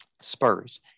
Spurs